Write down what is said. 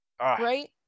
right